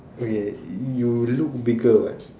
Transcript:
okay you look bigger what